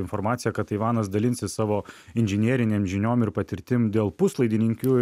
informacija kad taivanas dalinsis savo inžinierinėm žiniom ir patirtim dėl puslaidininkių